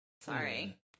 Sorry